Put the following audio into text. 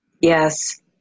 Yes